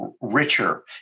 richer